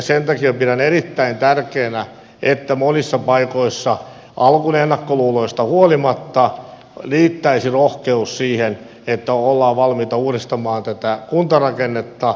sen takia pidän erittäin tärkeänä että monissa paikoissa alkuennakkoluuloista huolimatta riittäisi rohkeus siihen että ollaan valmiita uudistamaan tätä kuntarakennetta